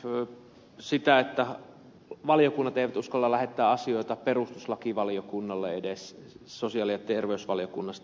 tänään olemme kuulleet että valiokunnat eivät uskalla lähettää asioita perustuslakivaliokunnalle edes sosiaali ja terveysvaliokunnasta